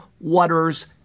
waters